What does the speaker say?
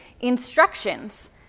instructions